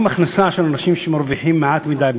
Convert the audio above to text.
הכנסה של אנשים שמרוויחים מעט מדי,